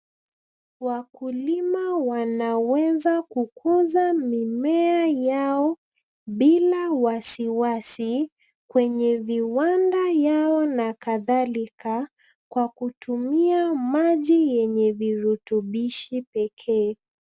Wakulima wanaweza kukuza mimea yao bila wasiwasi kwenye viwanda yao na kadhalika ,kwa kutumia maji yenye virutubishi pekee.